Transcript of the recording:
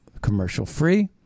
commercial-free